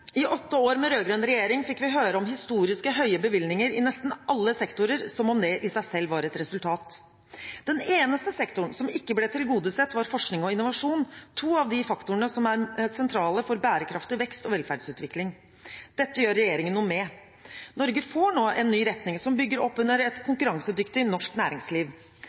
I åtte år med rød-grønn regjering fikk vi høre om historisk høye bevilgninger i nesten alle sektorer, som om det i seg selv var et resultat. Den eneste sektoren som ikke ble tilgodesett, var forskning og innovasjon – to av de faktorene som er sentrale for bærekraftig vekst og velferdsutvikling. Dette gjør regjeringen noe med. Norge får nå en ny retning som bygger opp under et konkurransedyktig norsk næringsliv.